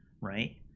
right